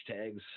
hashtags